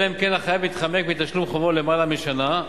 אלא אם כן החייב מתחמק מתשלום חובו למעלה משנה.